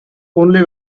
only